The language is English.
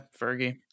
Fergie